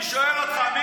אני שואל אותך.